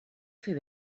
fer